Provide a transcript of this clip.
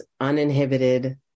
uninhibited